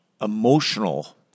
emotional